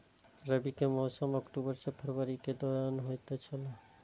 रबी के मौसम अक्टूबर से फरवरी के दौरान होतय छला